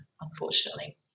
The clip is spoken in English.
unfortunately